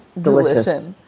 delicious